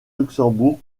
luxembourg